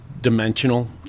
dimensional